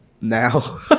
Now